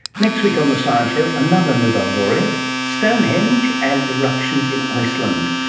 next week on the science show another nobel laureate, stonehenge, and eruptions in iceland.